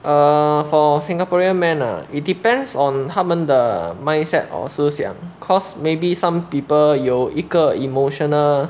err for singaporean men ah it depends on 他们的 mindset or 思想 cause maybe some people 有一个 emotional